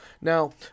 Now